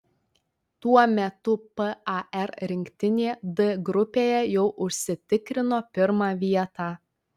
tuo metu par rinktinė d grupėje jau užsitikrino pirmą vietą